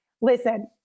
listen